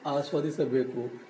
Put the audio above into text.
ಆಸ್ವಾದಿಸಬೇಕು